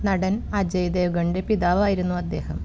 നടൻ അജയ് ദേവ്ഗണിന്റെ പിതാവായിരുന്നു അദ്ദേഹം